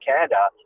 Canada